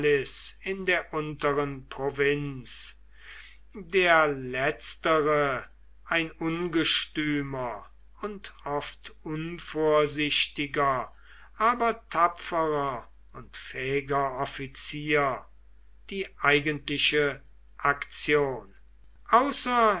in der unteren provinz der letztere ein ungestümer und oft unvorsichtiger aber tapferer und fähiger offizier die eigentliche aktion